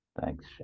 Thanks